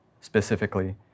specifically